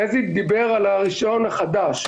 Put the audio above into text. חזי דיבר על הרישיון החדש,